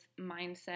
Mindset